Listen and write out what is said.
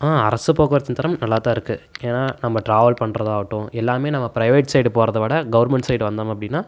அரசு போக்குவரத்தின் தரம் நல்லாதான் இருக்குது ஏன்னா நம்ம டிராவல் பண்ணுறதா ஆகட்டும் எல்லாமே நம்ம பிரைவேட் சைடு போறதை விட கவர்ன்மெண்ட் சைட் வந்தோம் அப்படின்னா